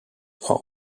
are